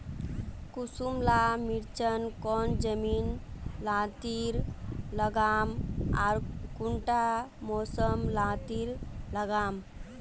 किसम ला मिर्चन कौन जमीन लात्तिर लगाम आर कुंटा मौसम लात्तिर लगाम?